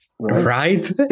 Right